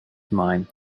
mine